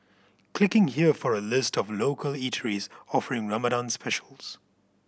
clicking here for a list of local eateries offering Ramadan specials